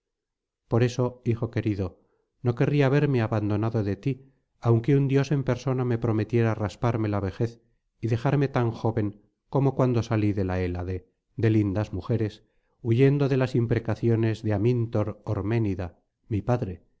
por esto hijo querido no querría verme abandonado de ti aunque un dios en persona me prometiera rasparme la vejez y dejarme tan joven como cuando salí de la hélade de lindas mujeres huyendo de las imprecaciones de amíntor orménida mi padre que